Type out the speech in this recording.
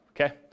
okay